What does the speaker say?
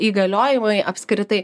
įgaliojimai apskritai